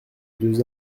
deux